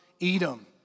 Edom